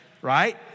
Right